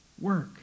work